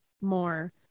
more